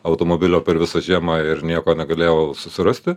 automobilio per visą žiemą ir nieko negalėjau susirasti